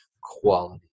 Quality